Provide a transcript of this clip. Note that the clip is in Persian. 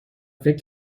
فکر